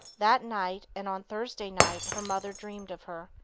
that night and on thursday night her mother dreamed of her.